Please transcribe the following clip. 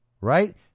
Right